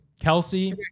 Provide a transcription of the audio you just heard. Kelsey